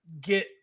get